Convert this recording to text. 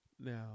Now